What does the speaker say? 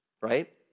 right